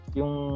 yung